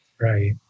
Right